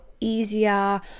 easier